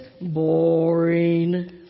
boring